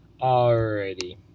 Alrighty